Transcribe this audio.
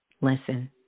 Listen